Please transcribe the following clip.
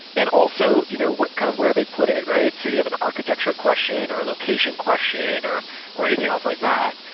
and also, you know kind of where they put it, right? so you have an architecture question or a location question or or anything else like that.